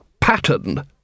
pattern